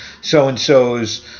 so-and-so's